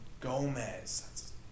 Gomez